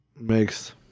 makes